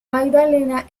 magdalena